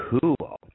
cool